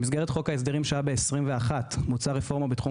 במסגרת חוק ההסדרים שהיה ב-21' בוצעה רפורמה בתחום